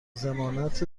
ضمانت